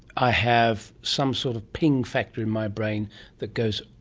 i have some sort of ping factor in my brain that goes,